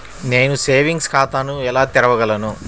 నేను సేవింగ్స్ ఖాతాను ఎలా తెరవగలను?